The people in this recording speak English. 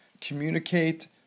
communicate